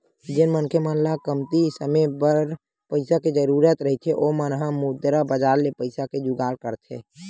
जेन मनखे मन ल कमती समे बर पइसा के जरुरत रहिथे ओ मन ह मुद्रा बजार ले पइसा के जुगाड़ करथे